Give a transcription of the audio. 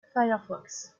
firefox